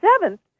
seventh